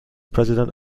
president